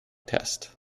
test